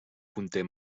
conté